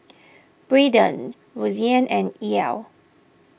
Braiden Roseann and Ell